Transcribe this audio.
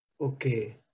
Okay